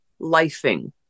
lifing